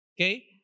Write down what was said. Okay